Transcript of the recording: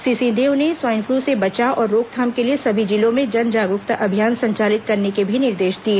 श्री सिंहदेव ने swine flu से बचाव और रोकथाम के लिए सभी जिलों में जन जागरूकता अभियान संचालित करने के भी निर्देश दिए